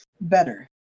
better